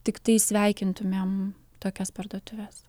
tiktai sveikintumėm tokias parduotuves